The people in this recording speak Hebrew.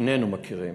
שנינו מכירים.